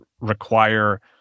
require